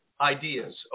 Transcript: ideas